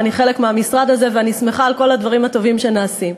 ואני חלק מהמשרד הזה ואני שמחה על כל הדברים הטובים שנעשים.